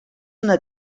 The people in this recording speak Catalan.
una